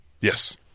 Yes